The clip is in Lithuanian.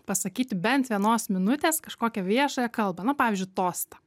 pasakyti bent vienos minutės kažkokią viešąją kalbą na pavyzdžiui tostą